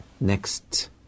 next